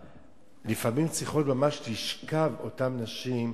לפעמים צריכות ממש לשכב ימים, אותן נשים.